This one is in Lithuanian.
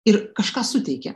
ir kažką suteikė